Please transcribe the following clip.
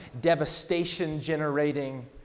devastation-generating